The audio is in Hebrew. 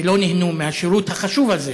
שלא נהנו מהשירות החשוב הזה,